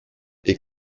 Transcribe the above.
est